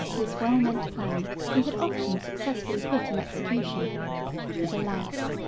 this well meant plan we had often successfully put in execution but alas!